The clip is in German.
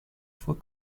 vor